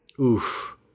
Oof